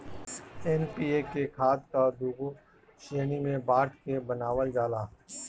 NPK खाद कअ दूगो श्रेणी में बाँट के बनावल जाला